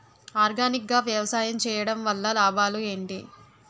Organic గా వ్యవసాయం చేయడం వల్ల లాభాలు ఏంటి?